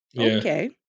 Okay